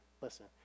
listen